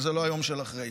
וזה לא היום של אחרי.